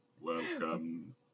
Welcome